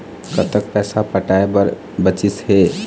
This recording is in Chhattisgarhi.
कतक पैसा पटाए बर बचीस हे?